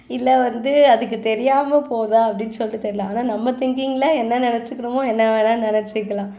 இல்லை வந்து அதுக்குத் தெரியாமல் போகுதா அப்படின்னு சொல்லிட்டு தெரியலை ஆனால் நம்ம திங்கிங்கில் என்ன நினச்சிக்கிறோமோ என்ன வேணால் நினச்சிக்கலாம்